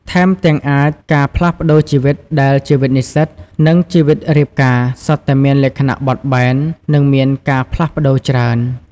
ថែមទាំងអាចការផ្លាស់ប្តូរជីវិតដែល ជីវិតនិស្សិត និងជីវិតរៀបការសុទ្ធតែមានលក្ខណៈបត់បែន និងមានការផ្លាស់ប្តូរច្រើន។